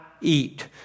eat